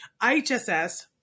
IHSS